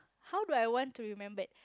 how do I want to remembered